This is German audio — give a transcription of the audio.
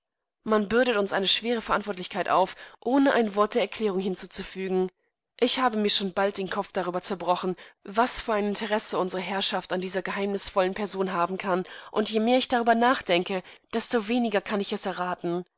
man bürdet uns eine schwere verantwortlichkeit auf ohne ein wort der erklärung hinzuzufügen ich habe mir schon bald den kopf darüber zerbrochen was für ein interesse unsere herrschaft an dieser geheimnisvollen person haben kann und je mehr ich darüber nachdenke desto weniger kann ich es erraten